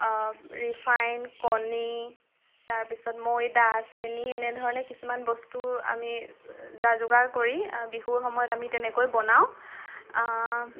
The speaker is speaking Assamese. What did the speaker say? ৰিফাইন কণী তাৰ পিছত ময়দা চেনি এনেধৰণে কিছুমান বস্তু আমি যা যোগাৰ কৰি বিহুৰ সময়ত আমি তেনেকৈ বনাওঁ